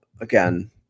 again